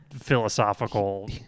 philosophical